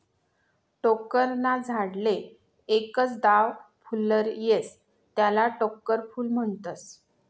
टोक्कर ना झाडले एकच दाव फुल्लर येस त्याले टोक्कर फूल म्हनतस